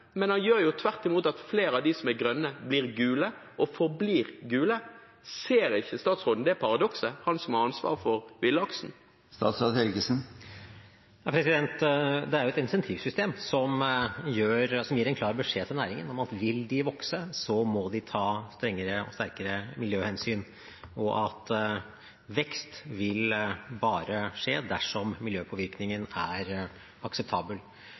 er: Ser ikke statsråden det paradokset – han som har ansvaret for villaksen? Det er et incentivsystem som gir en klar beskjed til næringen om at vil de vokse, så må de ta strengere og sterkere miljøhensyn, og at vekst bare vil skje dersom miljøpåvirkningen er akseptabel.